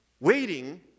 waiting